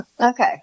Okay